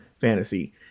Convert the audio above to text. fantasy